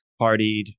partied